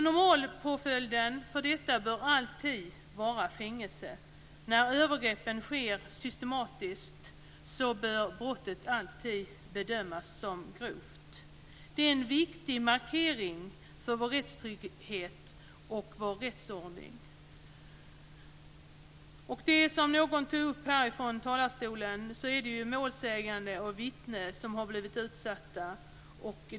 Normalpåföljden för detta bör alltid vara fängelse. När övergreppen sker systematiskt bör brottet alltid bedömas som grovt. Det är en viktig markering för vår rättstrygghet och vår rättsordning. Och som någon tog upp härifrån talarstolen är det ju målsägande och vittnen som har blivit utsatta.